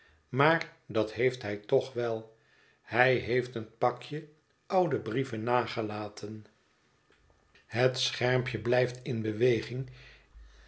maar dat heeft hij toch wel hij heeft een pakje oude brieven nagelaten het schermpje blijft in beweging